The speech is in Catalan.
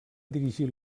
dirigir